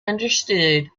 understood